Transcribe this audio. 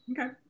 Okay